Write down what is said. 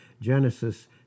Genesis